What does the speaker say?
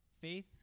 faith